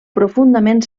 profundament